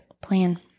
Plan